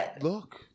Look